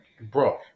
bro